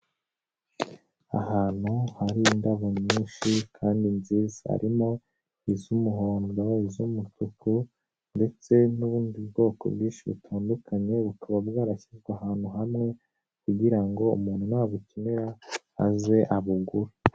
Ahantu hari indabo nyinshi kandi nziza harimo iz'umuhondo, iz'umutuku ndetse n'ubundi bwoko bwinshi butandukanye bukaba bwarashyizwe ahantu hamwe kugira ngo umuntu nabukenera aze abugure.